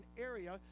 area